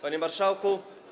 Panie Marszałku!